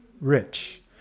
rich